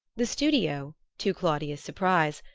the studio, to claudia's surprise,